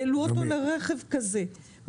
העלו אותו לרכב כזה,